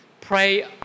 pray